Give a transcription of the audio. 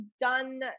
done